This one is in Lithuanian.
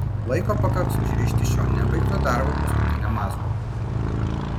laiko pakaks užrišti šio nebaigto darbo paskutiniam mazgui